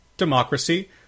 democracy